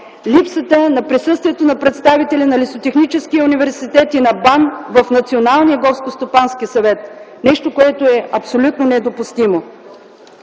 Липсата на присъствието на представители на Лесотехническия институт и БАН в Националния горскостопански съвет. Нещо, което е абсолютно недопустимо!